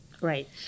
Right